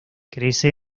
crece